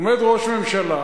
עומד ראש ממשלה,